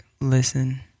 Listen